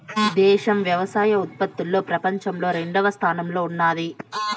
దేశం వ్యవసాయ ఉత్పత్తిలో పపంచంలో రెండవ స్థానంలో ఉన్నాది